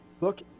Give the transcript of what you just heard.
Look